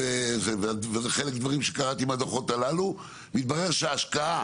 וחלק מהדברים שקראתי מהדו"חות הללו, מתברר שהשקעה